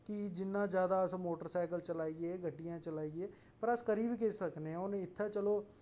जिन्ना ज्यादा अस मोटरसाइकल चलाइये गड्डियां चलाइये और अस करी बी केह् सकने आं इत्थै चलो